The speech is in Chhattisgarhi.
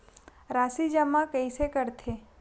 राशि जमा कइसे करथे?